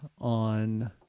on